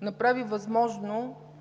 направиха възможно